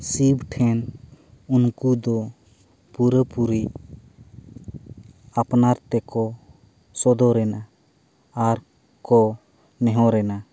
ᱥᱤᱵ ᱴᱷᱮᱱ ᱩᱱᱠᱩ ᱫᱚ ᱯᱩᱨᱟᱹ ᱯᱩᱨᱤ ᱟᱯᱱᱟᱨ ᱛᱮᱠᱚ ᱥᱚᱫᱚᱨᱮᱱᱟ ᱟᱨ ᱠᱚ ᱱᱮᱦᱚᱨᱮᱱᱟ